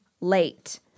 late